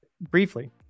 briefly